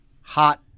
hot